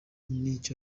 n’icyo